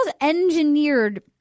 engineered